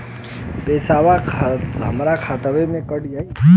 पेसावा हमरा खतवे से ही कट जाई?